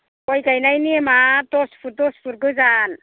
गय गायनाय नेमा दस पुट दस पुट गोजान